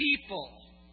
people